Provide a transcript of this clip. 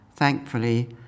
Thankfully